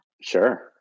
Sure